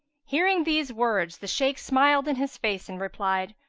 hearing these words the shaykh smiled in his face and replied,